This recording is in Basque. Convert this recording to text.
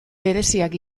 bereziak